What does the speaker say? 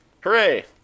Hooray